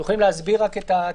אתם יכולים להסביר את התיקונים?